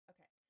Okay